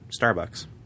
Starbucks